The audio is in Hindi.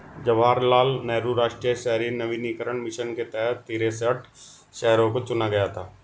जवाहर लाल नेहरू राष्ट्रीय शहरी नवीकरण मिशन के तहत तिरेसठ शहरों को चुना गया था